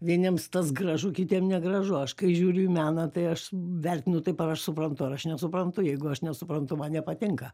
vieniems tas gražu kitam negražu aš kai žiūriu į meną tai aš vertinu taip ar aš suprantu aš nesuprantu jeigu aš nesuprantu man nepatinka